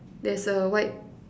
there's a white